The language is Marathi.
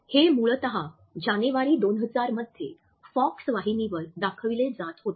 हे मूळतः जानेवारी २००० मध्ये फॉक्स वाहिनीवर दाखविले जात होते